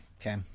Okay